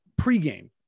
pregame